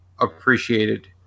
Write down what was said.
appreciated